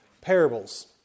parables